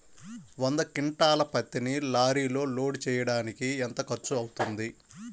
వంద క్వింటాళ్ల పత్తిని లారీలో లోడ్ చేయడానికి ఎంత ఖర్చవుతుంది?